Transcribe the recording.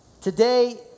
Today